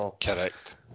Correct